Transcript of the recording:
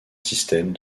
système